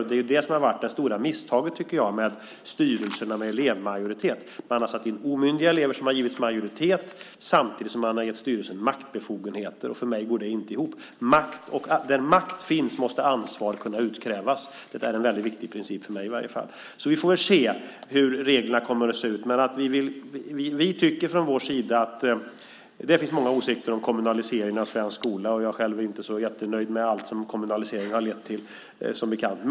Och det är det här som har varit det stora misstaget, tycker jag, med styrelserna med elevmajoritet. Man har satt in omyndiga elever som har getts majoritet samtidigt som man har gett styrelsen maktbefogenheter. För mig går det inte ihop. Där makt finns måste ansvar kunna utkrävas. Det är en väldigt viktig princip för mig i varje fall. Vi får väl se hur reglerna kommer att se ut. Det finns många åsikter om kommunaliseringen av svensk skola. Jag själv är inte så jättenöjd med allt som kommunaliseringen har lett till, som bekant.